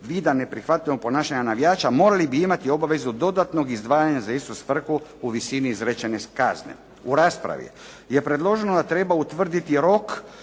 vida neprihvatljivog ponašanja navijača morali bi imati obavezu dodatnog izdvajanja za istu svrhu u visini izrečene kazne. U raspravi je predloženo da treba utvrditi rok